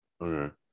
okay